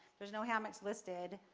there's no hamlet's listed,